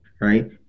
right